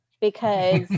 because-